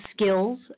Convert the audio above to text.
skills